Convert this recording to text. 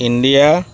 India